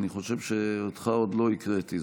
אני חושב שאותך עוד לא הקראתי,